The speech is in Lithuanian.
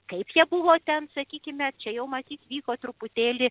kaip jie buvo ten sakykime čia jau matyt vyko truputėlį